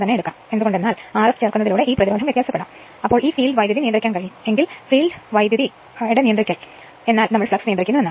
കാരണം Rf ചേർക്കുന്നതിലൂടെ ഈ പ്രതിരോധം വ്യത്യാസപ്പെടാം അതിനാൽ ഈ ഫീൽഡ് കറന്റ് നിയന്ത്രിക്കാൻ കഴിയും എങ്കിൽ ഫീൽഡ് കറന്റ് കൺട്രോളിംഗ് എന്നാൽ നമ്മൾ ഫ്ലക്സ് നിയന്ത്രിക്കുന്നു എന്നാണ്